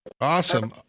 Awesome